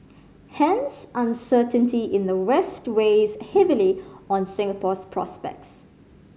hence uncertainty in the West weighs heavily on Singapore's prospects